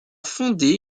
fondé